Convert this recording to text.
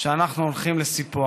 שאנחנו הולכים לסיפוח.